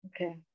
Okay